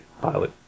pilot